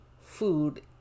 food